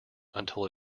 until